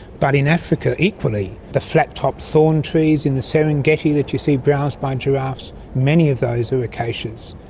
but in africa equally the flat-topped thorn trees in the serengeti that you see browsed by giraffes, many of those are acacias,